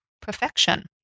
Perfection